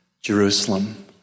Jerusalem